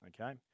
Okay